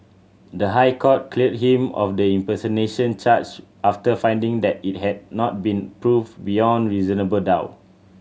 the High Court cleared him of the impersonation charge after finding that it had not been proven beyond reasonable doubt